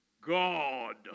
God